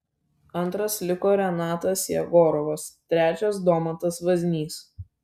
antras liko renatas jegorovas trečias domantas vaznys